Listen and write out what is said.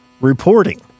Reporting